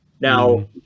Now